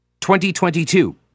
2022